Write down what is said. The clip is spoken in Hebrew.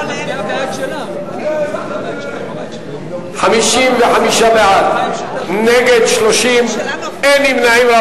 בעד, 57 נגד, אין נמנעים.